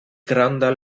granda